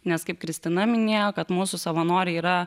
nes kaip kristina minėjo kad mūsų savanoriai yra